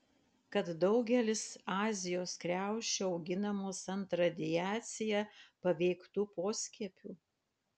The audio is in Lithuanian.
kad daugelis azijos kriaušių auginamos ant radiacija paveiktų poskiepių